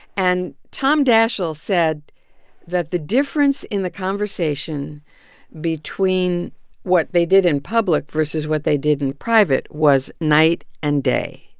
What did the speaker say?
and tom daschle said that the difference in the conversation between what they did in public versus what they did in private was night and day.